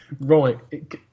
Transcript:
Right